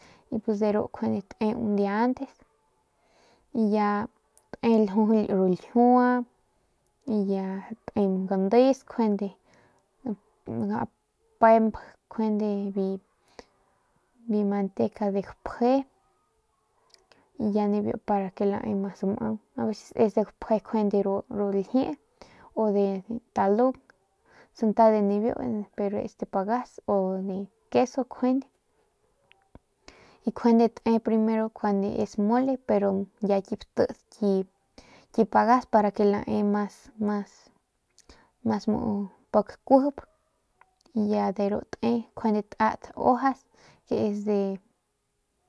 Y pus de ru njuande te un dia antes y ya te ljujuly ru ljiua y ya te gandes njuande y pemp cuande biu manteca de gapje ya nibiu pa ke lae mas mau es de gapje njuande ru ljiee u de talung santa de nibiu o es de pagas o de queso njuande y njuande te primero njuande es mole pero ya ki batit ki pagas para ke lae mas mas mas muu pik kuijip y ya de ru te njuande tata hojas que es de.